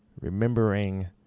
Remembering